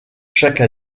chaque